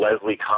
Leslie